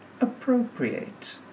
appropriate